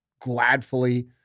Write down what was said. gladfully